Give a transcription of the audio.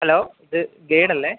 hello ഇത് guide അല്ലേ